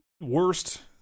worst